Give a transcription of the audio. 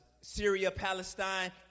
Syria-Palestine